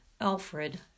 Alfred